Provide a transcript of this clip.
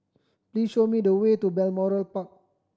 please show me the way to Balmoral Park